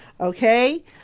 Okay